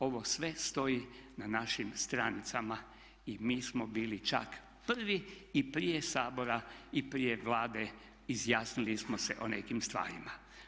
Ovo sve stoji na našim stranicama i mi smo bili čak prvi i prije Sabora i prije Vlade izjasnili smo se o nekim stvarima.